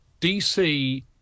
DC